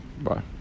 Bye